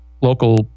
local